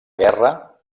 guerra